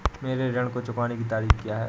मेरे ऋण को चुकाने की तारीख़ क्या है?